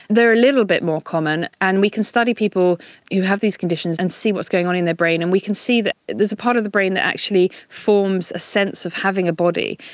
they're a little bit more common, and we can study people who have these conditions and see what's going on in their brain and we can see that there's a part of the brain that actually forms a sense of having a body,